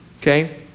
okay